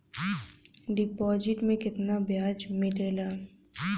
Deposit मे केतना बयाज मिलेला?